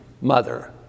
mother